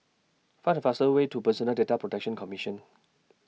Find The fastest Way to Personal Data Protection Commission